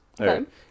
Okay